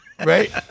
Right